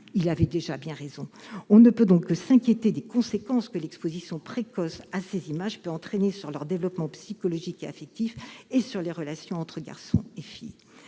Il avait raison ! On ne peut que s'inquiéter des conséquences que l'exposition précoce à ces images peut entraîner sur le développement psychologique et affectif de ces jeunes, et sur les relations entre garçons et filles.